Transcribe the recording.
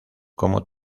como